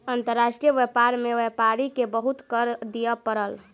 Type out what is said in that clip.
अंतर्राष्ट्रीय व्यापार में व्यापारी के बहुत कर दिअ पड़ल